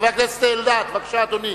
חבר הכנסת אלדד, בבקשה, אדוני.